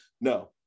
No